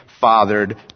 fathered